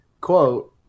quote